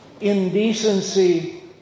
indecency